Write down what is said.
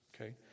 Okay